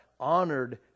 honored